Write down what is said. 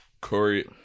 Corey